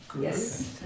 Yes